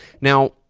now